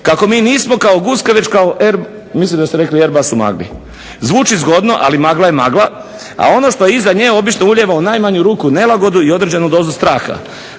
kako mi nismo kao guske već kao airbus u magli. Zvuči zgodno, ali magla je magla, a ono što iza nje obično ulijeva u najmanju ruku nelagodu i određenu dozu straha.